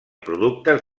productes